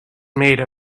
made